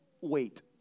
wait